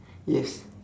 yes